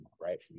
right